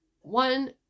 one